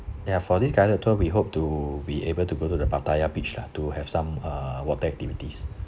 ya for this guided tour we hope to be able to go to the pattaya beach lah to have some uh water activities